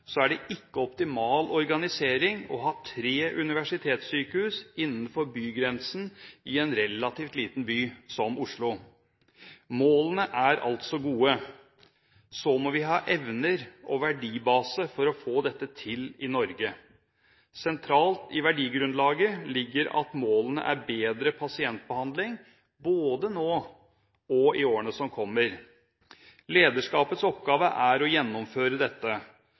Så må vi ha evner og en verdibase for å få dette til i Norge. Sentralt i verdigrunnlaget ligger at målet er bedre pasientbehandling, både nå og i årene som kommer. Lederskapets oppgave er å gjennomføre dette